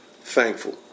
thankful